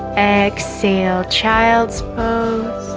exhale child's pose